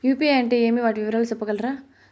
UPI అంటే ఏమి? వాటి వివరాలు సెప్పగలరా?